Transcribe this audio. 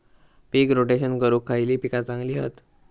पीक rotation करूक खयली पीका चांगली हत?